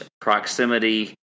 proximity